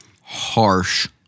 harsh